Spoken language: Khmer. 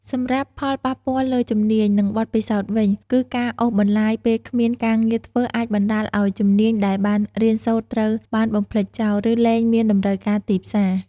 សម្រាប់ផលប៉ះពាល់លើជំនាញ និងបទពិសោធន៍វិញ គឺការអូសបន្លាយពេលគ្មានការងារធ្វើអាចបណ្ដាលឱ្យជំនាញដែលបានរៀនសូត្រត្រូវបានបំភ្លេចចោល ឬលែងមានតម្រូវការទីផ្សារ។